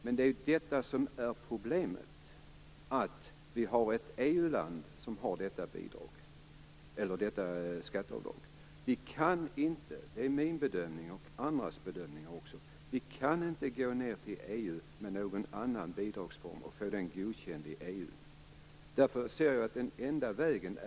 Men det är det som är problemet. Det finns ett EU-land som har ett sådant skatteavdrag. Det är min och även andras bedömning att vi inte kan få någon annan bidragsform godkänd i EU. Det är den enda framkomliga vägen.